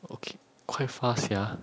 okay quite fast sia